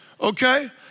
okay